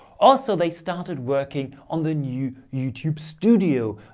also, they started working on the new youtube studio.